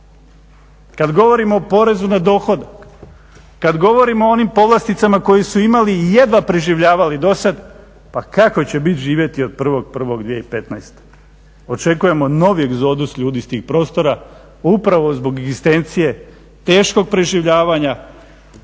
Kad govorimo o porezu na dohodak, kad govorimo o onim povlasticama koje su imali i jedva preživljavali dosad, pa kako će bit živjeti od 1.1.2015. Očekujemo novi egzodus ljudi iz tih prostora upravo zbog egzistencije, teškog preživljavanja,